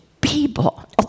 people